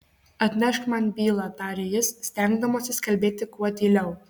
atnešk man bylą tarė jis stengdamasis kalbėti kuo tyliau